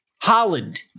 Holland